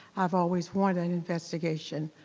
i've always wanted an investigation.